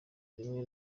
rimwe